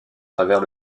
travers